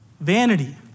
vanity